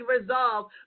resolve